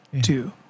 two